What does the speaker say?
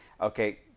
Okay